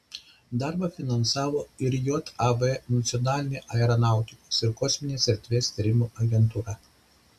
darbą finansavo ir jav nacionalinė aeronautikos ir kosminės erdvės tyrimų agentūra